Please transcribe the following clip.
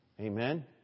Amen